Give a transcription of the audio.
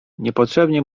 niepotrzebnie